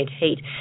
heat